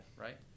right